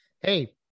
Hey